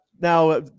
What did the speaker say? Now